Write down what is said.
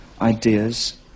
ideas